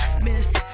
Miss